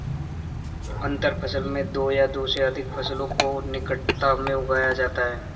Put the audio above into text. अंतर फसल में दो या दो से अघिक फसलों को निकटता में उगाया जाता है